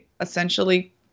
essentially